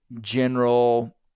general